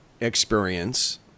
experience